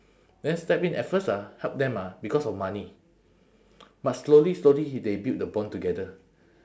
then step in at first ah help them ah because of money but slowly slowly he they build the bond together